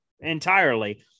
entirely